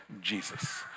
Jesus